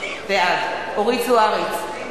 בעד אורית זוארץ,